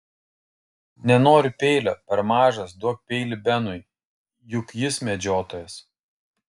nenoriu peilio per mažas duok peilį benui juk jis medžiotojas